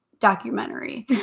documentary